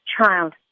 child